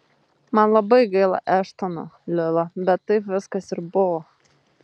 man labai gaila eštono lila bet taip viskas ir buvo